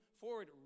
forward